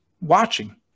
watching